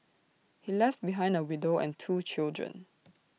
he left behind A widow and two children